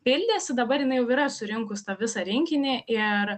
pildėsi dabar jinai jau yra surinkus tą visą rinkinį ir